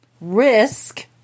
Risk